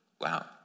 wow